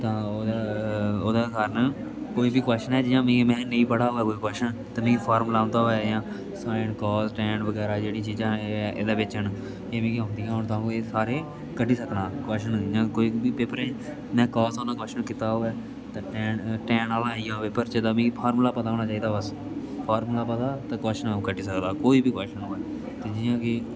तां ओ ओह्दे कारण कोई बी कोच्शन जियां मी मैं नेईं पढ़ा होवै कोई कोच्शन ते मी फार्मुला औंदा होवै इयां साइन काज़ टैन बगैरा जेह्ड़ी चीजां एह् एह्दे बिच्च न एह् मिगी औंदिया होन तां आ'ऊं एह् सारे कड्डी सकनां कोच्शन इयां कोई बी पेपरें च जियां मैं काज़ आह्ला कोच्छन कीता दा होए तां टैन टैन आह्ला आई गेआ होऐ पेपर च तां मी फार्मुला पता होना चाहिदा बस फार्मुला पता तां कोच्शन आ'ऊं कड्डी सकदा कोई बी कोच्शन होए ते जियां के